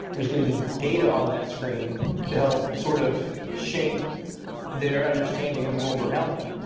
there's going to be data on that screen to help sort of shape their understanding of the world around them.